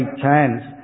chance